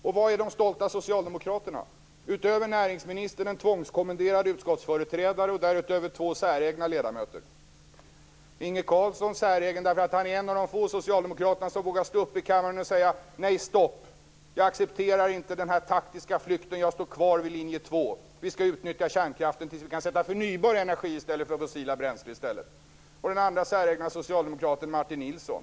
Och var är de stolta socialdemokraterna? Utöver näringsministern är det en tvångskommenderad utskottsföreträdare och därutöver två säregna ledamöter som finns antecknade på talarlistan. Inge Carlsson är säregen, därför att han är en av de få socialdemokrater som vågar stå upp i kammaren och säga: Nej, stopp, jag accepterar inte denna taktiska flykt. Jag står kvar vid linje 2. Vi skall utnyttja energikraften till dess att vi kan ersätta den med förnybar energi i stället för med fossila bränslen. Den andra säregna socialdemokraten är Martin Nilsson.